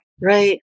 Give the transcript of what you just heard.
right